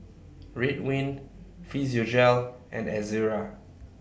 Ridwind Physiogel and Ezerra